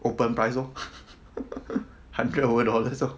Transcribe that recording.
open price lor hundred over dollars lor